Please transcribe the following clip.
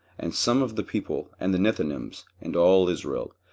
and some of the people, and the nethinims, and all israel,